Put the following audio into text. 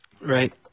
Right